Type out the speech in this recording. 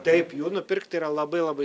taip jų nupirkt yra labai labai